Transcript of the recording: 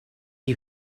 you